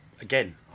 Again